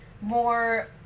more